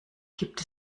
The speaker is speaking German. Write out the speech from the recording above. gibt